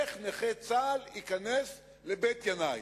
איך נכה צה"ל ייכנס לבית-ינאי,